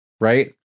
right